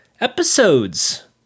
episodes